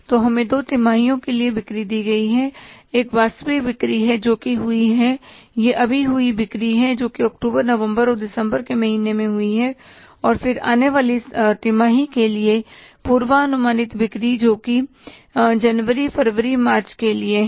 तो हमें दो तिमाहियों के लिए बिक्री दी गई है एक वास्तविक बिक्री है जो कि हुई है ये अभी हुई बिक्री हैं जो अक्टूबर नवंबर और दिसंबर के महीने में हुई हैं और फिर आने वाली तिमाही के लिए पूर्वानुमानित बिक्री जोकि जनवरी फरवरी मार्च के लिए है